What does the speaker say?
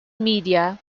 media